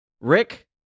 rick